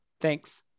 Thanks